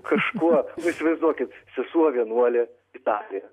kažkuo įsivaizduokit sesuo vienuolė italė